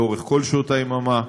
לאורך כל שעות היממה,